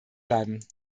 bleiben